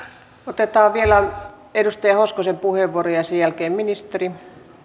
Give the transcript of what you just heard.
otetaan vielä edustaja hoskosen puheenvuoro ja ja sen jälkeen ministeri arvoisa